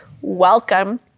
welcome